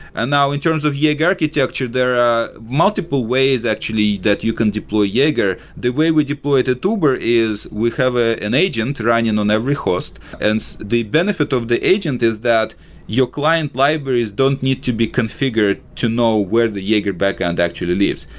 and now in terms of jaeger architecture, there are multiple ways actually that you can deploy jaeger. the way we deployed at uber is we have ah an agent running and on every host. and the benefit of the agent is that your client libraries don't need to be configured to know where the jaeger backend actually lives.